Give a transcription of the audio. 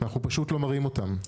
אנחנו פשוט לא מראים אותם.